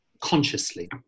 consciously